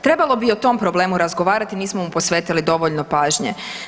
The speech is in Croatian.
Trebalo bi i o tom problemu razgovarati nismo mu posvetili dovoljno pažnje.